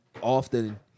often